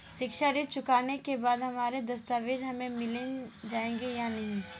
शिक्षा ऋण चुकाने के बाद हमारे दस्तावेज हमें मिल जाएंगे या नहीं?